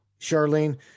Charlene